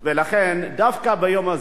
לכן דווקא ביום הזה,